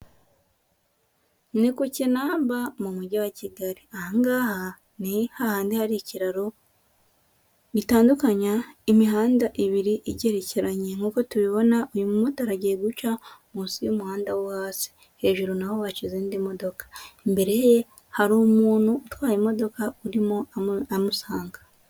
Ni kinamba mu mujyi wa Kigali ahaha ni hahandi hari ikiraro gitandukanya imihanda ibirigeyerekeranye nk'uko tubibona, uyu mumotari agiye guca munsi y'umuhanda wo hasi. Hejuru naho haca izindi modoka, imbere ye hari umuntu utwaye imodoka urimo amusanga.